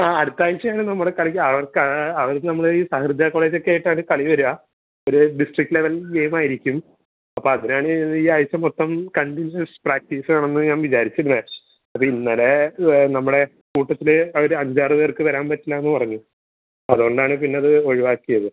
ആ അടുത്ത ആഴ്ച്ചയാണ് നമ്മുടെ കളിക്കാൻ അവർക്ക് ആ അവർക്ക് നമ്മൾ ഈ സഹൃദയ കോളേജ് ഒക്കെ ആയിട്ടാണ് കളി വരിക ഒരു ഡിസ്ട്രിക്റ്റ് ലെവൽ ഗെയിം ആയിരിക്കും അപ്പം അതിനാണ് ഈ ആഴ്ച്ച മൊത്തം കണ്ടിന്യുവസ് പ്രാക്റ്റീസ് ആണെന്ന് ഞാൻ വിചാരിച്ചിരുന്നത് അപ്പം ഇന്നലെ നമ്മുടെ കൂട്ടത്തിൽ അവർ അഞ്ചാറ് പേർക്ക് വരാൻ പറ്റില്ല എന്ന് പറഞ്ഞു അതുകൊണ്ടാണ് പിന്നെ അത് ഒഴിവാക്കിയത്